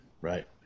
right